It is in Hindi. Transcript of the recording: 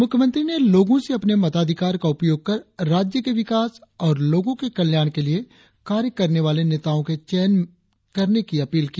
मुख्यमंत्री ने लोगो से अपने मताधिकार का उपयोग कर राज्य के विकास और लोगो के कल्याण के लिए कार्य करने वाले नेताओं के चयन में करने की अपील की